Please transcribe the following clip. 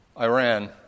Iran